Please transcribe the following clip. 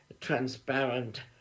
transparent